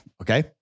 okay